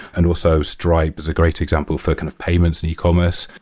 and also stripe is a great example for kind of payments and ecommerce.